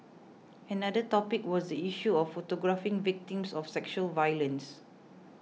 another topic was the issue of photographing victims of sexual violence